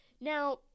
Now